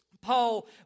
Paul